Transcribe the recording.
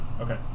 Okay